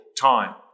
time